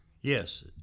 Yes